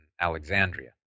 Alexandria